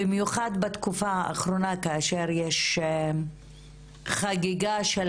במיוחד בתקופה האחרונה כאשר יש "חגיגה" של